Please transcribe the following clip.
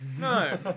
No